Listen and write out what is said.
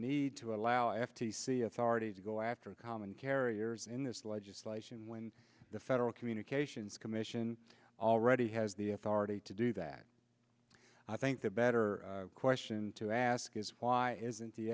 need to allow f t c authorities to go after common carriers in this legislation when the federal communications commission already has the authority to do that i think the better question to ask is why isn't the